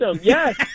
yes